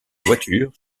voiture